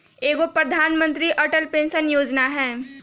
एगो प्रधानमंत्री अटल पेंसन योजना है?